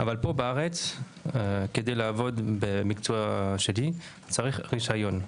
אבל פה, בארץ, כדי לעבוד במקצוע שלי, צריך רישיון.